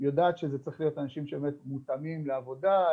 שיודעת שאלו צריכים להיות אנשים שבאמת מותאמים לעבודה,